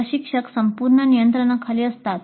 प्रशिक्षक संपूर्ण नियंत्रणाखाली असतात